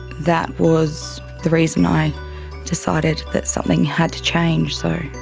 that was the reason i decided that something had to change. so